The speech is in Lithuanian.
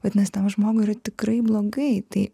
vadinasi tam žmogui tikrai blogai tai